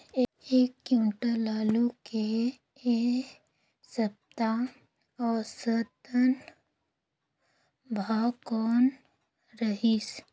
एक क्विंटल आलू के ऐ सप्ता औसतन भाव कौन रहिस?